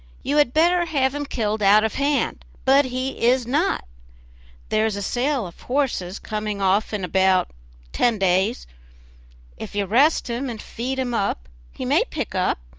you had better have him killed out of hand, but he is not there is a sale of horses coming off in about ten days if you rest him and feed him up he may pick up,